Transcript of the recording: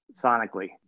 sonically